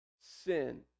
sin